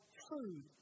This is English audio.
food